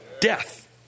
death